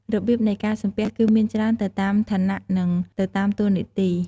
របៀបនៃការសំពះគឺមានច្រើនទៅតាមឋានៈនិងទៅតាមតួនាទី។